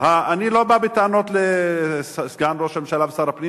אני לא בא בטענות לסגן ראש הממשלה ושר הפנים